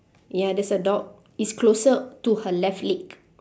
ya there's a dog it's closer to her left leg